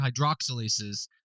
hydroxylases